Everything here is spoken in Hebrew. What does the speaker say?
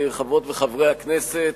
חברות וחברי כנסת,